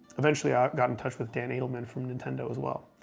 eventually i got in touch with dan edelman from nintendo as well.